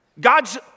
God's